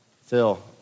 Phil